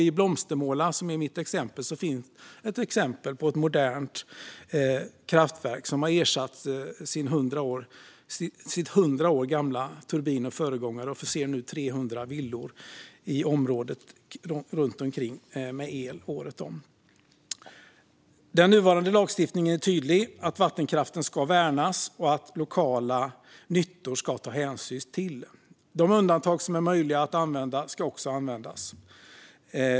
I Blomstermåla finns ett exempel på ett modernt kraftverk som har ersatt de hundra år gamla turbinerna och nu förser 300 villor i området runt omkring med el, året om. Den nuvarande lagstiftningen är tydlig med att vattenkraften ska värnas och att hänsyn ska tas till lokala nyttor. De undantag som är möjliga att använda ska också användas.